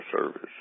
service